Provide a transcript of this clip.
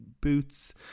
boots